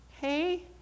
Hey